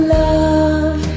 love